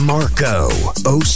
Marco